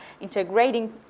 integrating